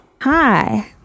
Hi